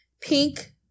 pink